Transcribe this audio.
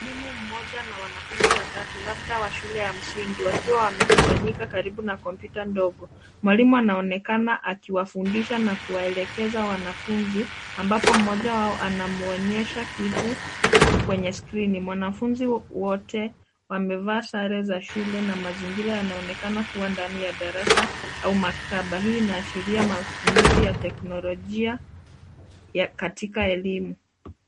Mwalimu mmoja na wanafunzi watatu labda wa shule ya msingi wakiwa wamekusanyika karibu na kompyuta ndogo. Mwalimu anaonekana akiwafundisha na kuwaelekeza wanafunzi ambapo mmoja wao anamuonyesha kitu kwenye skrini. Wanafunzi wote wamevaa sare za shule na mazingira yanaonekana kuwa ndani ya darasa au maktaba, hii inaashiria matumizi ya techolojia katika elimu.